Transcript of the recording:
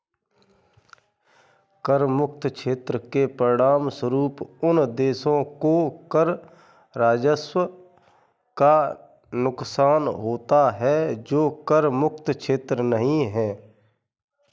कर मुक्त क्षेत्र के परिणामस्वरूप उन देशों को कर राजस्व का नुकसान होता है जो कर मुक्त क्षेत्र नहीं हैं